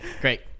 Great